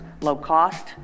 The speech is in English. low-cost